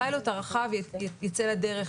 הפיילוט הרחב יצא לדרך